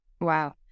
wow